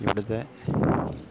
ഇവിടുത്തെ